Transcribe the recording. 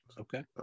Okay